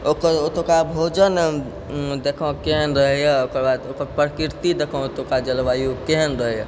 ओकर ओतुका भोजन देखलहुँ केहन रहैए ओकर बाद ओकर प्रकृति देखहुँ ओतुका जलवायु केहन रहैए